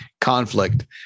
conflict